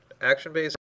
action-based